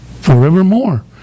forevermore